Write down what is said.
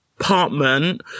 apartment